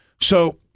So-